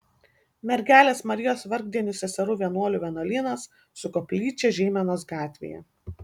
mergelės marijos vargdienių seserų vienuolių vienuolynas su koplyčia žeimenos gatvėje